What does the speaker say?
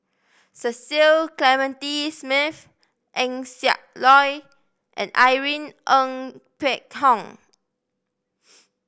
Cecil Clementi Smith Eng Siak Loy and Irene Ng Phek Hoong